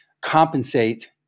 compensate